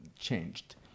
changed